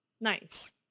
nice